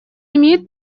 имеет